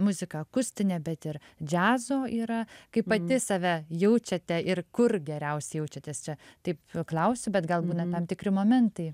muzika akustinė bet ir džiazo yra kaip pati save jaučiate ir kur geriausiai jaučiatės čia taip klausiu bet gal būna tam tikri momentai